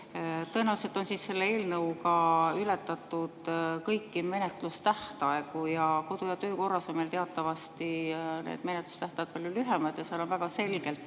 Tõenäoliselt on selle eelnõuga ületatud kõiki menetlustähtaegu. Kodu- ja töökorras on meil teatavasti need menetlustähtajad palju lühemad. Seal on väga selgelt